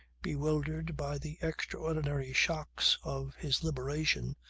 bewildered by the extraordinary shocks of his liberation,